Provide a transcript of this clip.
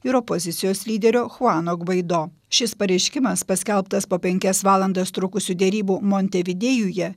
ir opozicijos lyderio chuano gvaido šis pareiškimas paskelbtas po penkias valandas trukusių derybų montevidėjuje